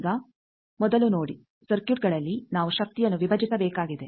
ಈಗ ಮೊದಲು ನೋಡಿ ಸರ್ಕ್ಯೂಟ್ಗಳಲ್ಲಿ ನಾವು ಶಕ್ತಿಯನ್ನು ವಿಭಜಿಸಬೇಕಾಗಿದೆ